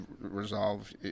Resolve